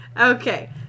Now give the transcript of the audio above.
Okay